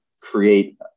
create